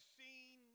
seen